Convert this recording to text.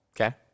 Okay